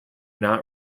not